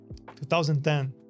2010